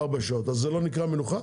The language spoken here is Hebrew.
ארבע שעות זה לא נקרא מנוחה?